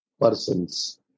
persons